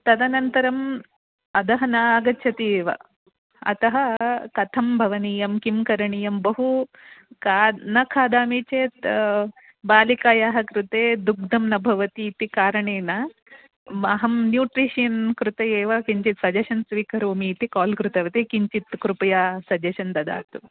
तदनन्तरम् अधः न आगच्छति एव अतः कथं भवनीयं किं करणीयं बहु का न खादामि चेत् बालिकायाः कृते दुग्धं न भवति इति कारणेन अहं न्यूट्रिशियन् कृते एव किञ्चित् सजेशन् स्वीकरोमि इति काल् कृतवती किञ्चित् कृपया सजेशन् ददातु